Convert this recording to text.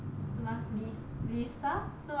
是吗 lis~ lisa 是吗